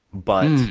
but,